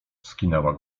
skinęła